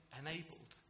enabled